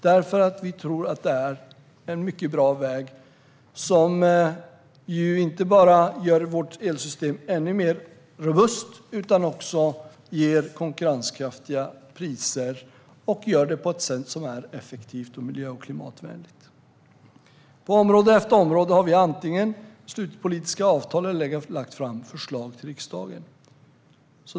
Vi tror nämligen att detta är en bra väg som inte bara gör vårt elsystem ännu mer robust utan även ger konkurrenskraftiga priser och gör det på ett effektivt och miljö och klimatvänligt sätt. På område efter område har vi antingen slutit politiska avtal eller lagt fram förslag i riksdagen.